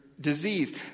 disease